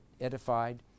Edified